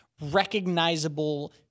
recognizable